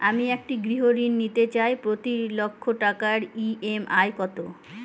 আমি একটি গৃহঋণ নিতে চাই প্রতি লক্ষ টাকার ই.এম.আই কত?